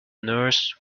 nurse